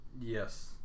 Yes